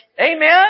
Amen